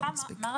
סליחה, מה?